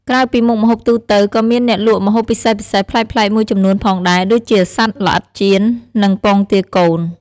ក្រៅពីមុខម្ហូបទូទៅ ក៏មានអ្នកលក់ម្ហូបពិសេសៗប្លែកៗមួយចំនួនផងដែរ ដូចជាសត្វល្អិតចៀន និងពងទាកូន។